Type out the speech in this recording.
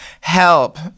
Help